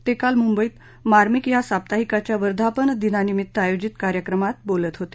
ते काल मुंबईत मार्मिक या साप्ताहिकाच्या वर्धापनदिनानिमित्त आयोजित कार्यक्रमात ते बोलत होते